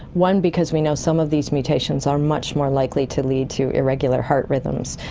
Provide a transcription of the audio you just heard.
one because we know some of these mutations are much more likely to lead to irregular heart rhythms,